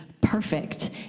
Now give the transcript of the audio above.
perfect